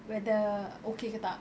whether okay ke tak